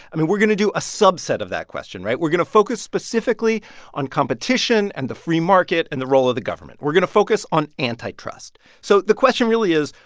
i mean, we're going to do a subset of that question, right? we're going to focus specifically on competition and the free market and the role of the government. we're going to focus on antitrust so the question really is,